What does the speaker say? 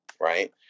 right